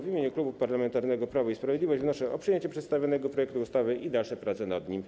W imieniu Klubu Parlamentarnego Prawo i Sprawiedliwość wnoszę o przyjęcie przedstawionego projektu ustawy i dalsze prace nad nim.